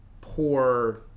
poor